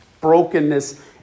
brokenness